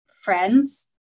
friends